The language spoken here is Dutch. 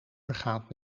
vergaat